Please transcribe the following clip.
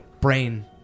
brain